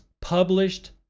published